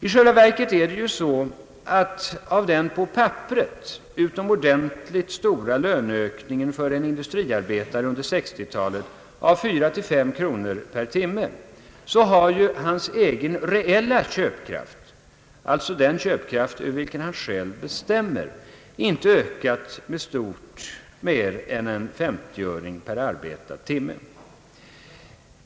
I själva verket ligger det så till att den på papperet utomordentligt stora löneökningen för en industriarbetare under 60-talet — 4 å 5 kronor per timme — inte har ökat hans egen reella köpkraft, över vilken han själv bestämmer, med stort mer än en 50-öring per arbetad timme.